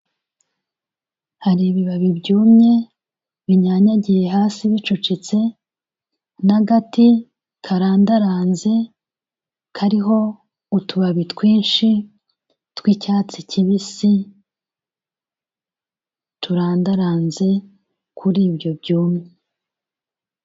Hari ibibabi byumye binyanyagiye hasi, bicucitse n'agati karandaranze kariho utubabi twinshi tw'icyatsi kibisi turandaranze kuri ibyo byumye.